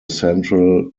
central